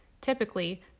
Typically